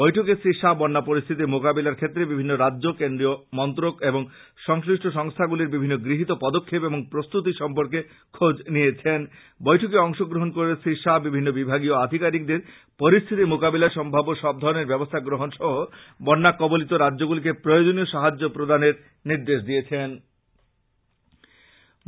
বৈঠকে শ্রী শাহ বন্যা পরিস্থিতি মোকাবিলার ক্ষেত্রে বিভিন্ন রাজ্য কেন্দ্রীয় মন্ত্রনালয় এবং সংশ্লিষ্ট সংস্থাগুলির বিভিন্ন গৃহীত পদক্ষেপ এবং প্রস্তুতি সম্পর্কে খোজ নেন বৈঠকে অংশগ্রহণ করে শ্রী শাহ বিভিন্ন বিভাগীয় আধিকারীকদের পরিস্থিতি মোকাবিলায় সম্ভাব্য সবধরণের ব্যবস্থা গ্রহণ সহ বন্যা কবলিত রাজ্যগুলিকে প্রয়োজনীয় সাহায্য প্রদানের নির্দেশ দেন